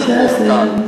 בבקשה לסיים.